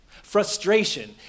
frustration